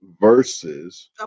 Versus